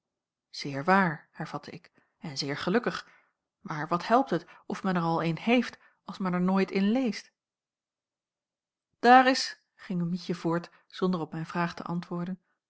zeer waar hervatte ik en zeer gelukkig maar wat helpt het of men er al een heeft als men er nooit in leest daar is ging mietje voort zonder op mijn vraag te antwoorden